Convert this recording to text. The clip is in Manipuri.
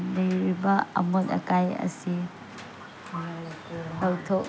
ꯂꯩꯔꯤꯕ ꯑꯃꯣꯠ ꯑꯀꯥꯏ ꯑꯁꯤ ꯂꯧꯊꯣꯛ